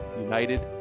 united